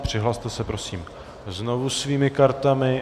Přihlaste se prosím znovu svými kartami.